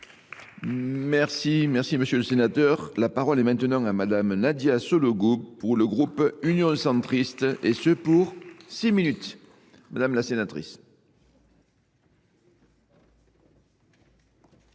Merci, monsieur le Sénateur. La parole est maintenant à madame Nadia Sologoub pour le groupe Union Centriste et ce pour 6 minutes. Madame la Sénatrice.